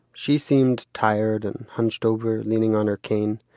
she seemed tired, and hunched over, leaning on her cane.